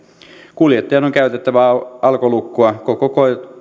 kuljettajan on käytettävä alkolukkoa koko